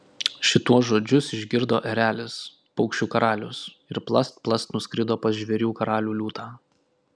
šituos žodžius išgirdo erelis paukščių karalius ir plast plast nuskrido pas žvėrių karalių liūtą